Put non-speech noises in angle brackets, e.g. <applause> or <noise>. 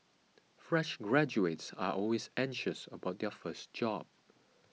<noise> fresh graduates are always anxious about their first job <noise>